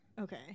Okay